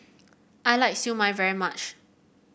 I like Siew Mai very much